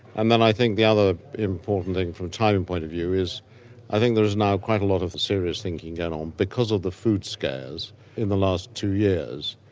and then i think the other important thing from a timing point of view is i think there is now quite a lot of serious thinking going on because of the food scares in the last two years,